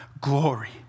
glory